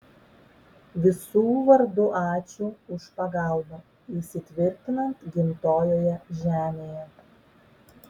visų vardu ačiū už pagalbą įsitvirtinant gimtojoje žemėje